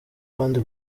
abandi